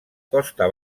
costa